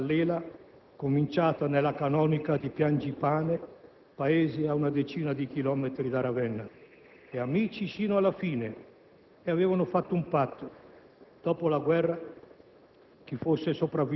Una storia parallela cominciata nella canonica di Piangipane, paese ad una decina di chilometri da Ravenna. Amici sino alla fine. Avevano fatto un patto, dopo la guerra: